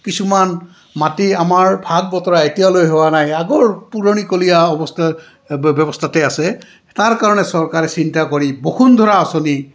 কিছুমান মাটি আমাৰ ভাগ বতৰা এতিয়ালৈ হোৱা নাই আগৰ পুৰণিকলীয়া অৱস্থা ব্যৱস্থাতে আছে তাৰ কাৰণে চৰকাৰে চিন্তা কৰি বসুন্ধৰা আঁচনি